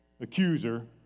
accuser